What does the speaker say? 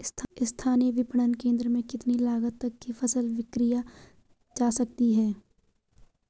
स्थानीय विपणन केंद्र में कितनी लागत तक कि फसल विक्रय जा सकती है?